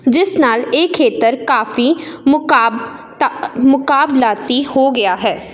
ਜਿਸ ਨਾਲ ਇਹ ਖੇਤਰ ਕਾਫੀ ਮੁਕਾਬ ਤਾ ਮੁਕਾਬਲਾਤੀ ਹੋ ਗਿਆ ਹੈ